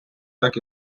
так